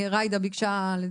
ג'ידא, בבקשה.